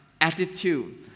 attitude